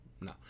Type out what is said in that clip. no